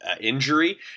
injury